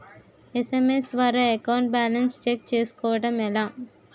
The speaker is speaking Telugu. ఎస్.ఎం.ఎస్ ద్వారా అకౌంట్ బాలన్స్ చెక్ చేసుకోవటం ఎలా?